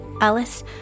Alice